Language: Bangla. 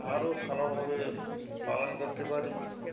আরও ভালোভাবে পালন করতে পারি